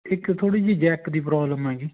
ਇੱਕ ਥੋੜ੍ਹੀ ਜਿਹੀ ਜੈੱਕ ਦੀ ਪ੍ਰੋਬਲਮ ਆ ਗਈ